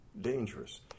dangerous